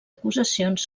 acusacions